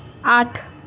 আট